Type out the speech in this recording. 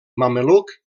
mameluc